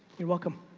you're welcome.